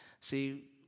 See